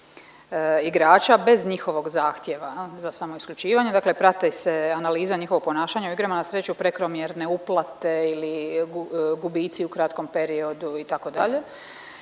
igrača bez njihovog zahtjeva za samoisključivanje, dakle prati se analiza njihova ponašanja u igrama na sreću, prekomjerne uplate ili gubici u kratkom periodu itd.,